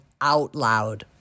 OUTLOUD